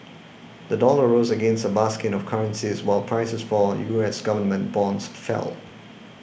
the dollar rose against a basket of currencies while prices for U S government bonds fell